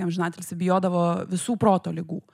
amžiną atilsį bijodavo visų proto ligų